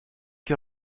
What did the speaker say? que